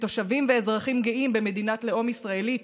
כתושבים ואזרחים גאים במדינת לאום ישראלית,